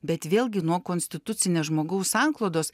bet vėlgi nuo konstitucinės žmogaus sanklodos